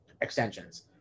extensions